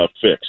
fix